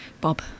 Bob